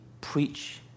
preach